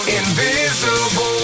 invisible